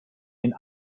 den